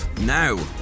now